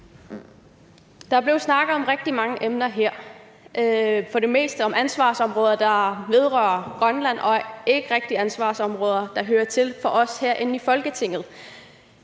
Der er blevet snakket om rigtig mange emner her, for det meste om ansvarsområder, der vedrører Grønland, og ikke rigtig om de ansvarsområder, der hører til os herinde i Folketinget.